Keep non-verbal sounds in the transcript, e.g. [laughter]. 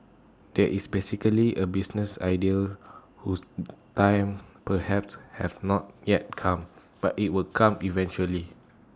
this is basically A business idea whose [noise] time perhaps has not yet come but IT will come eventually